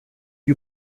you